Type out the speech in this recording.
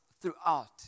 throughout